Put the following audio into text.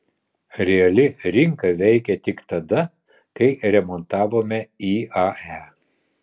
reali rinka veikė tik tada kai remontavome iae